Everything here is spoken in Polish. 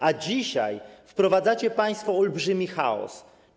A dzisiaj wprowadzacie państwo olbrzymi chaos.